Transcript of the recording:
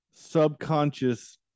subconscious